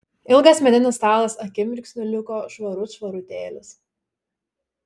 ilgas medinis stalas akimirksniu liko švarut švarutėlis